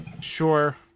Sure